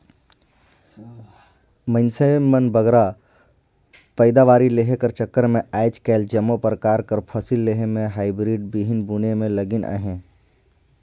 मइनसे मन बगरा पएदावारी लेहे कर चक्कर में आएज काएल जम्मो परकार कर फसिल लेहे में हाईब्रिड बीहन बुने में लगिन अहें